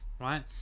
right